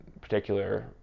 particular